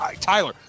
Tyler